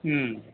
ம்